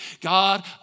God